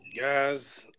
Guys